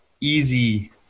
easy